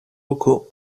locaux